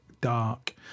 dark